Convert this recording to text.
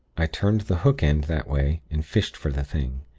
i turned the hook end that way, and fished for the thing.